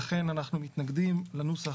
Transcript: לכן אנחנו מתנגדים לנוסח,